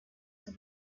sur